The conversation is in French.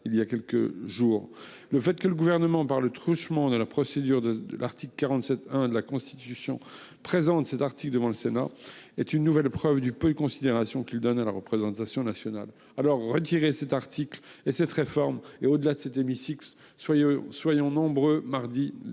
il y a quelques jours, le fait que le gouvernement, par le truchement de la procédure de l'article 47 1 de la Constitution présente cet article devant le Sénat est une nouvelle preuve du peu de considération qu'il donne à la représentation nationale alors retiré cet article et cette réforme et au-delà de cet hémicycle soyeux. Soyons nombreux mardi